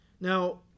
now